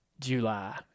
july